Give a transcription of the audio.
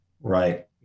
Right